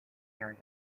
area